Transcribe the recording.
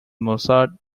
mozart